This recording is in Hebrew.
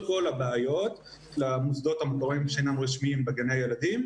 כל הבעיות למוסדות המוכרים שאינם רשמיים בגני הילדים,